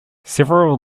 several